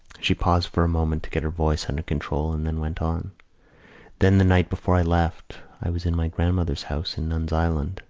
she paused for a moment to get her voice under control, and then went on then the night before i left, i was in my grandmother's house in nuns' island,